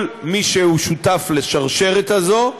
כל מי שהוא שותף לשרשרת הזאת,